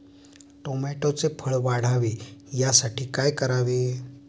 टोमॅटोचे फळ वाढावे यासाठी काय करावे?